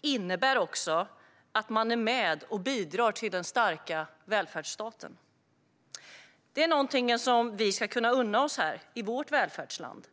innebär också att man är med och bidrar till den starka välfärdsstaten. Det är någonting som vi ska kunna unna oss här i vårt välfärdsland.